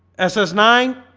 s s nine